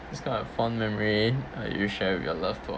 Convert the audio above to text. describe a fond memory uh you share with your loved one